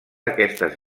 aquestes